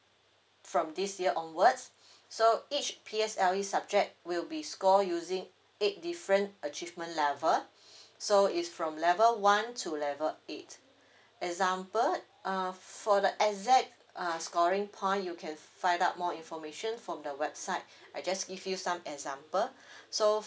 from this year onwards so each P_S_L_E subject will be score using eight different achievement level so is from level one to level eight example err for the exact err scoring point you can find out more information from the website I just give you some example so